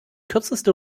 kürzeste